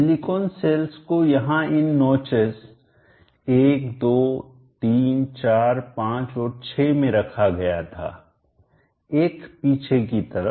silicon cells को यहां इन नोचेस 12 3 4 5 और 6 मैं रखा गया था एक पीछे की तरफ